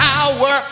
Power